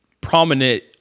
prominent